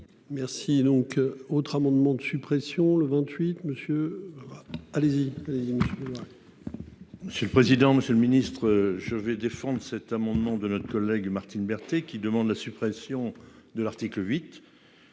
Merci donc autre amendement de suppression le 28 monsieur. Allez-y-y là.-- Monsieur le président, Monsieur le Ministre, je vais défendre cet amendement de notre collègue Martine Berthet, qui demande la suppression de l'article 8,